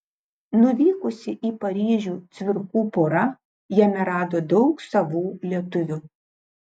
nuvykusi į paryžių cvirkų pora jame rado daug savų lietuvių